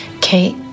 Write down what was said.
Kate